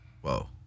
Whoa